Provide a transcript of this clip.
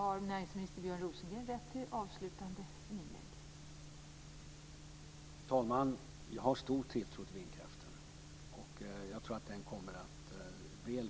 Fru talman! Jag har stor tilltro till vindkraften.